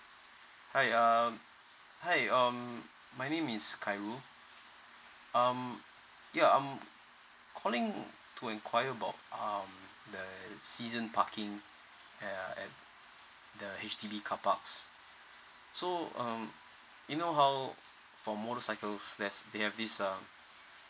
hi um hi um my name is khairul um ya I'm calling in to enquire about um the season parking ya at the H_D_B carparks so um you know how for motorcycles there's they have this um